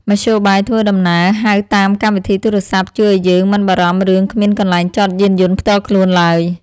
មធ្យោបាយធ្វើដំណើរហៅតាមកម្មវិធីទូរស័ព្ទជួយឱ្យយើងមិនបារម្ភរឿងគ្មានកន្លែងចតយានយន្តផ្ទាល់ខ្លួនឡើយ។